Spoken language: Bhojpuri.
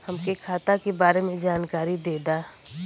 हमके खाता के बारे में जानकारी देदा?